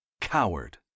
Coward